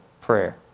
prayer